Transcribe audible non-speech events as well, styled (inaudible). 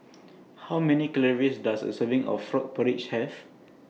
(noise) How Many Calories Does A Serving of Frog Porridge Have